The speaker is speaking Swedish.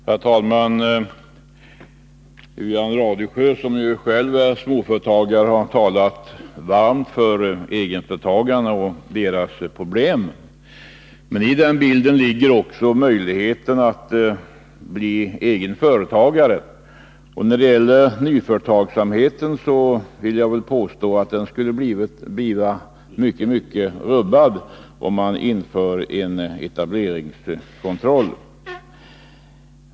Herr talman! Wivi-Anne Radesjö, som ju själv är småföretagare, har talat varmt för egenföretagarna och deras problem. I den bilden ligger också möjligheten att bli egen företagare. När det gäller nyföretagsamheten vill jag påstå att förutsättningarna därvidlag skulle rubbas kraftigt, om man införde en etableringskontroll.